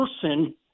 person